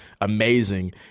amazing